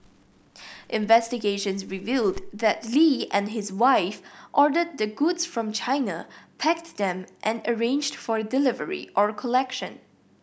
investigations revealed that Lee and his wife ordered the goods from China packed them and arranged for delivery or collection